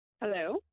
Hello